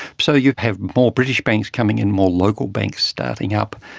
so you'd have more british banks coming in, more local bank starting up,